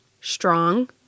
strong